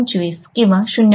25 किंवा 0